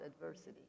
adversity